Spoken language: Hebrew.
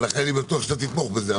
לכן אני בטוח שתתמוך בזה.